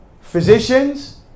physicians